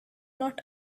not